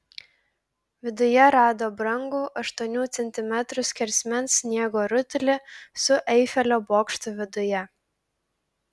viduje rado brangų aštuonių centimetrų skersmens sniego rutulį su eifelio bokštu viduje